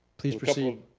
please proceed.